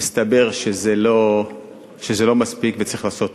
מסתבר שזה לא מספיק, וצריך לעשות עוד.